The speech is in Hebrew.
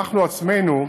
אנחנו עצמנו,